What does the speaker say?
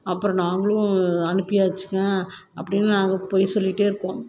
அப்புறம் நாங்களும் அனுப்பியாச்சுங்க அப்படின்னு நாங்கள் பொய் சொல்லிகிட்டே இருக்கோம்